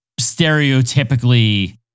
stereotypically